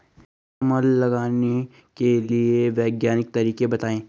कमल लगाने के वैज्ञानिक तरीके बताएं?